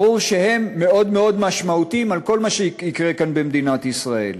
ברור שהם מאוד מאוד משמעותיים לכל מה שיקרה כאן במדינת ישראל.